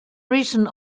recent